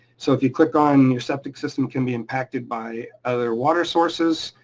so if you click on your septic system can be impacted by other water sources,